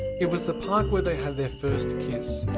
it was the park where they had their first kiss.